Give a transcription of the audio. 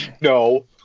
No